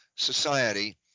society